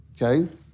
Okay